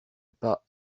pas